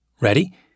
Ready